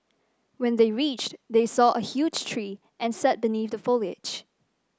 when they reached they saw a huge tree and sat beneath the foliage